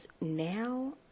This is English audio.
now